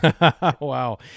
Wow